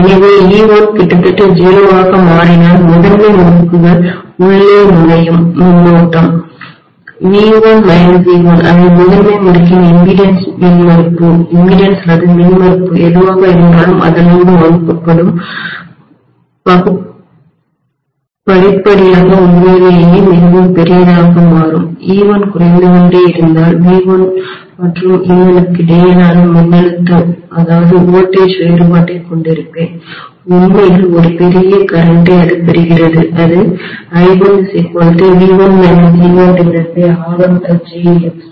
ஆகவே e1 கிட்டத்தட்ட 0 ஆக மாறினால் முதன்மை முறுக்குக்குள் உள்ளே நுழையும் மின்னோட்டம் V1 e1அதை முதன்மை முறுக்கின் இம்பிடிடன்ஸ் மின்மறுப்பு எதுவாக இருந்தாலும் அதனோடு வகுக்கப்படும் படிப்படியாக உண்மையிலேயே மிகவும் பெரியதாக மாறும் e1 குறைந்து கொண்டே இருந்தால் V1 மற்றும் e1க்கு இடையிலான மின்னழுத்தவோல்டேஜ் வேறுபாட்டைக் கொண்டிருப்பேன் உண்மையில் ஒரு பெரிய கரண்ட்டை அது பெறுகிறது அது I1V1 e1R1jX1 க்கு சமமாக இருக்கும்